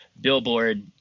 Billboard